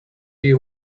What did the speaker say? you